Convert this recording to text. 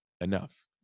enough